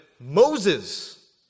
Moses